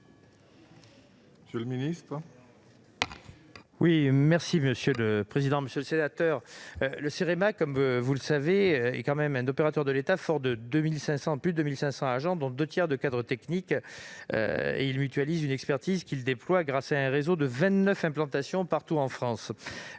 monsieur le ministre,